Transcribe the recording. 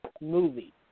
movie